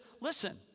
listen